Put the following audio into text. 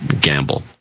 gamble